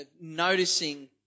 noticing